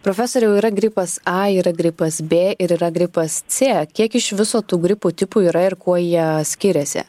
profesoriau yra gripas a yra gripas b ir yra gripas c kiek iš viso tų gripo tipų yra ir kuo jie skiriasi